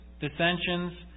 dissensions